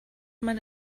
man